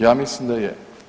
Ja mislim da je.